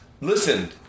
listen